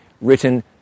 written